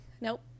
Nope